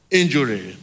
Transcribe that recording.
injury